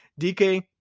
DK